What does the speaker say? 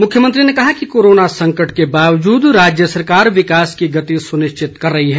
मुख्यमंत्री ने कहा कि कोरोना संकट के बावजूद राज्य सरकार विकास की गति सुनिश्चित कर रही है